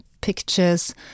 pictures